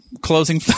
closing